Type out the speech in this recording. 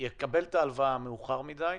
שיקבל את ההלוואה מאוחר מדי,